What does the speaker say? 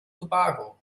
tobago